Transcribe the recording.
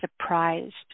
surprised